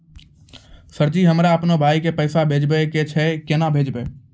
Sir ji हमरा अपनो भाई के पैसा भेजबे के छै, केना भेजबे?